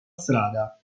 strada